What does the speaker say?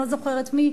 אני לא זוכרת מי,